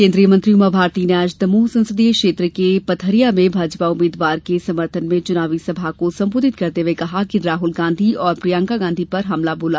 केन्द्रीय मंत्री उमाभारती ने आज दमोह संसदीय क्षेत्र के पथरिया में भाजपा उम्मीद्वार के समर्थन में चुनावी सभा को संबोधित करते हुए राहल गांधी और प्रियंका गांधी पर हमला बोला